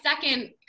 second